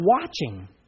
watching